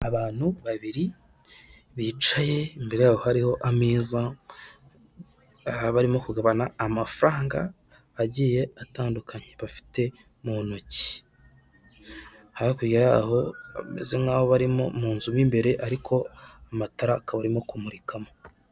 Abantu babiri bicaye imbere yabo hariho ameze barimo kugabana amafaranga agiye atandukanye bafite mu ntoki hakurya yaho bameze nkaho barimo munzu mo imbere ariko amatara akaba arimo kumurikamo.